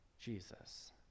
Jesus